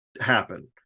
happen